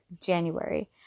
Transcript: January